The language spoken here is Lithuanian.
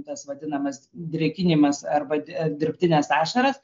tas vadinamas drėkinimas arba dirbtines ašaras